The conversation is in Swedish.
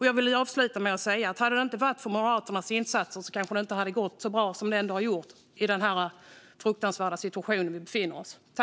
Jag vill avsluta med att säga följande: Hade det inte varit för Moderaternas insatser kanske det inte hade gått så bra som det ändå har gjort i den fruktansvärda situation vi befinner oss i.